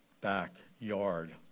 backyard